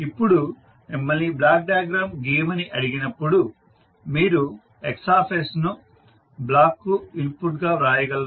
ఇప్పుడు మిమ్మల్ని block diagram గీయమని అడిగినప్పుడు మీరు X ను బ్లాక్కు ఇన్పుట్గా వ్రాయగలరు